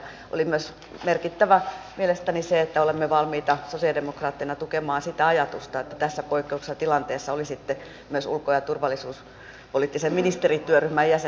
oli myös merkittävää mielestäni se että olemme valmiita sosialidemokraatteina tukemaan sitä ajatusta että tässä poikkeuksellisessa tilanteessa olisitte myös ulko ja turvallisuuspoliittisen ministerityöryhmän jäsen